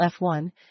F1